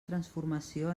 transformació